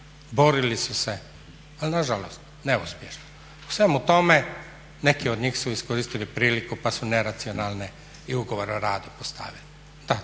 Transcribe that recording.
borili su se ali nažalost neuspješno. U svemu tome neki od njih su iskoristili priliku pa su neracionalne i ugovore o radu postavili.